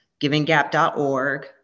givinggap.org